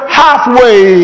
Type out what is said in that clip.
halfway